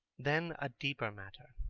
then a deeper matter.